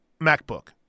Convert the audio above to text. MacBook